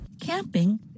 Camping